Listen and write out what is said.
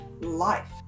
life